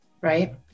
Right